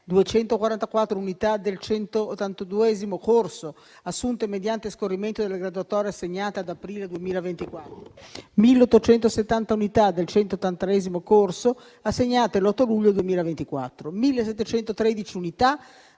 244 unità del 182° corso, assunte mediante lo scorrimento delle graduatorie e assegnate ad aprile 2024; 1.870 unità del 183° corso, assegnate l'8 luglio 2024; 1.713 unità